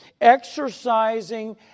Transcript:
exercising